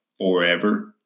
forever